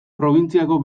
probintziako